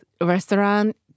restaurant